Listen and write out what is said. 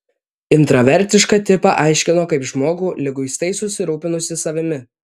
intravertišką tipą aiškino kaip žmogų liguistai susirūpinusį savimi